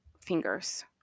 fingers